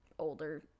older